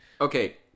Okay